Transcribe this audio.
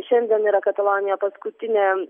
šiandien yra katalonijoje paskutinė